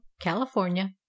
California